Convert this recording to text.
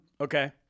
Okay